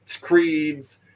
creeds